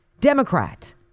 Democrat